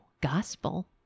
gospel